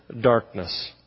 darkness